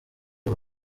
uyu